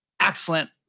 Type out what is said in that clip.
excellent